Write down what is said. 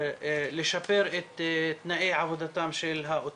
לשפר את תנאי עבודתם של נהגי האוטובוסים.